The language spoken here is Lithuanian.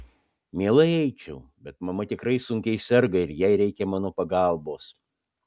mielai eičiau bet mama tikrai sunkiai serga ir jai reikia mano pagalbos